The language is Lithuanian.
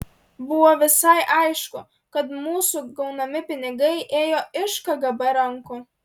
buvo visai aišku kad mūsų gaunami pinigai ėjo iš kgb rankų